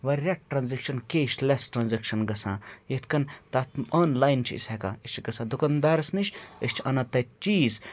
واریاہ transaction cashless transaction گژھان یِتھ کٔنۍ تَتھ آنلاین چھِ أسۍ ہیٚکان أسۍ چھِ گژھان دُکاندارَس نِش أسۍ چھِ اَنان تَتہِ چیٖز